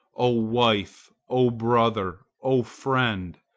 o wife, o brother, o friend,